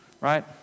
right